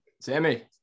Sammy